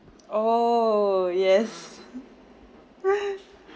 oh yes